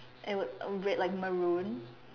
it was red like Maroon